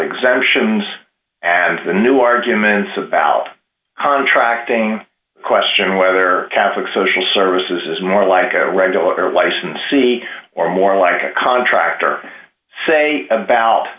exemptions and the new arguments about contracting the question whether catholic social services is more like a regular licensee or more like a contractor say about